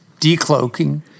Decloaking